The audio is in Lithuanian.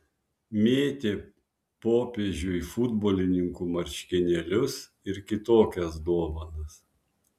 mėtė popiežiui futbolininkų marškinėlius ir kitokias dovanas